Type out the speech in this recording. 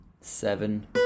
seven